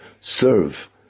serve